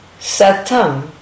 Satam